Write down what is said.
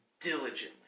diligently